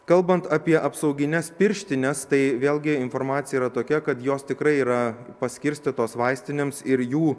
kalbant apie apsaugines pirštines tai vėlgi informacija yra tokia kad jos tikrai yra paskirstytos vaistinėms ir jų